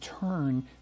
turn